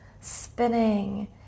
spinning